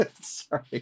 Sorry